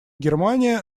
германия